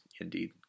indeed